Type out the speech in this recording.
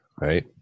Right